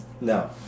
No